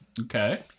Okay